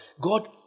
God